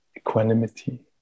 Equanimity